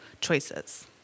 choices